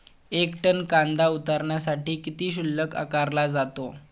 एक टन कांदा उतरवण्यासाठी किती शुल्क आकारला जातो?